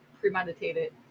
premeditated